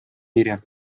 мире